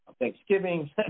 Thanksgiving